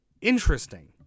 Interesting